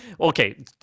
okay